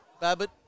Babbitt